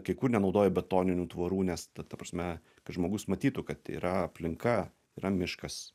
kai kur nenaudoja betoninių tvorų nes ta ta prasme kad žmogus matytų kad yra aplinka yra miškas